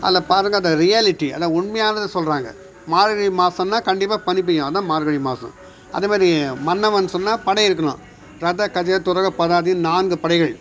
அதில் பாருங்கள் அந்த ரியாலிட்டி அதுதான் உண்மையானதை சொல்கிறாங்க மார்கழி மாதம்னா கண்டிப்பாக பனி பெய்யும் அதுதான் மார்கழி மாதம் அதேமாரி மன்னவன் சொன்னால் படை இருக்கணும் ரத கஜ துரக பதாதின்னு நான்கு படைகள்